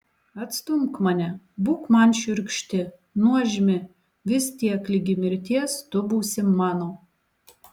atstumk mane būk man šiurkšti nuožmi vis tiek ligi mirties tu būsi mano